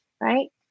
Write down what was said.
right